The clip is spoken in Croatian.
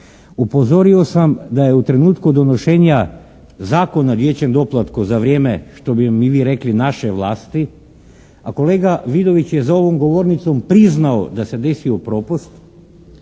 upozorio sam da je u trenutku donošenja Zakona o dječjem doplatku za vrijeme što bi mi vi rekli naše vlasti a kolega Vidović je za ovom govornicom priznao da se desio propust